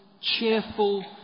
cheerful